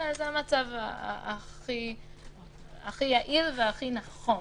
זה המצב הכי יעיל והכי נכון.